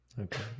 Okay